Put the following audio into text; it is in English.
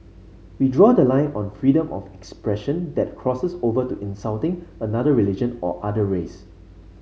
we draw the line on freedom of expression that crosses over to insulting another religion or another race